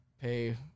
pay